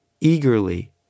eagerly